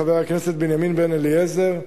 חבר הכנסת בנימין בן-אליעזר.